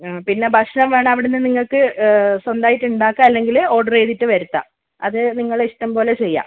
ആ പിന്നെ ഭക്ഷണം വേണമെങ്കിൽ അവിടെ നിന്ന് നിങ്ങൾക്ക് സ്വന്തമായിട്ട് ഉണ്ടാക്കാം അല്ലെങ്കിൽ ഓർഡർ ചെയ്തിട്ട് വരുത്താം അത് നിങ്ങളുടെ ഇഷ്ടം പോലെ ചെയ്യാം